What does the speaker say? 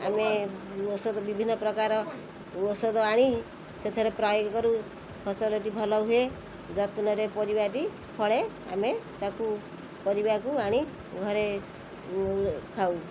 ଆମେ ଔଷଧ ବିଭିନ୍ନ ପ୍ରକାର ଔଷଧ ଆଣି ସେଥିରେ ପ୍ରୟୋଗ କରୁ ଫସଲଟି ଭଲ ହୁଏ ଯତ୍ନରେ ପରିବାଟି ଫଳେ ଆମେ ତାକୁ ପରିବାକୁ ଆଣି ଘରେ ଖାଉ